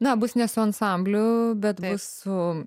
na bus ne su ansambliu bet su